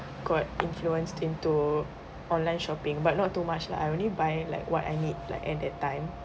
got influenced into online shopping but not too much lah I only buy like what I need like at that time